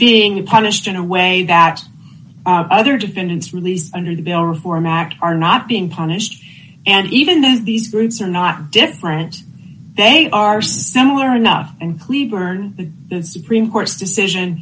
being punished in a way that other defendant released under the bill reform act are not being punished and even though these groups are not dead plants they are similar enough and please burn the supreme court's decision